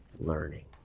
learning